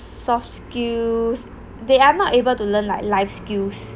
soft skills they are not able to learn like life skills